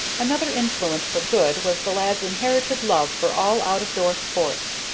another influence for good was the lad's inherited love for all out-of-door sports,